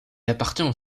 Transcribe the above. appartient